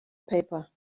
paper